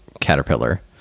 caterpillar